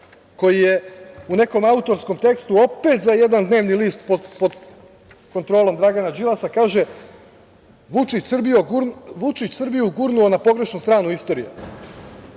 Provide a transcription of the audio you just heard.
koji je u nekom autorskom tekstu, opet za jedan dnevni list pod kontrolom Dragana Đilasa, rekao: „Vučić Srbiju gurnuo na pogrešnu stranu istorije“.